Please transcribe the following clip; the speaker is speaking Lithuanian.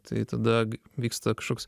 tai tada vyksta kažkoks